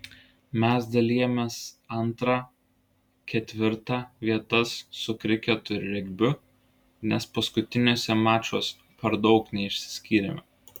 mes dalijamės antra ketvirta vietas su kriketu ir regbiu nes paskutiniuose mačuos per daug neišsiskyrėme